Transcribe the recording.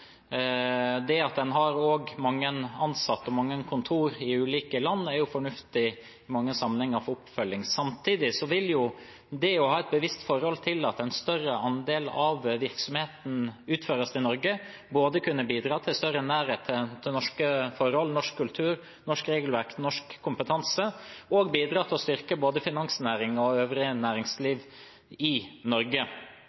Det at en òg har mange ansatte og mange kontor i ulike land, er i mange sammenhenger fornuftig for oppfølging. Samtidig vil det å ha et bevisst forhold til at en større andel av virksomheten utføres i Norge, kunne bidra både til større nærhet til norske forhold, norsk kultur, norsk regelverk og norsk kompetanse og til å styrke både finansnæring og